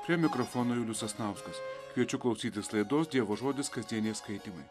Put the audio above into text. prie mikrofono julius sasnauskas kviečiu klausytis laidos dievo žodis kasdieniai skaitymai